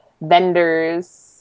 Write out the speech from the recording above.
vendors